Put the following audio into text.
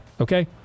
okay